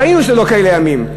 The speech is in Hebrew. ראינו שלא כאלה ימים.